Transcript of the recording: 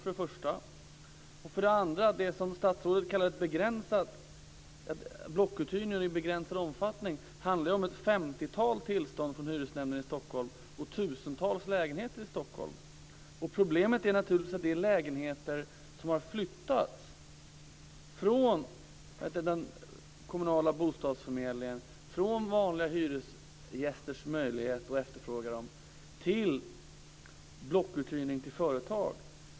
För det andra handlar det statsrådet kallar för blockuthyrning i begränsad omfattning om ett femtiotal tillstånd från hyresnämnden i Stockholm och tusentals lägenheter i Stockholm. Problemet är naturligtvis att det är lägenheter som har flyttats från den kommunala bostadsförmedlingen, från vanliga hyresgästers möjlighet att efterfråga dem, till blockuthyrning till företag.